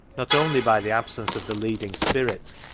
not only by the absence of the leading spirit,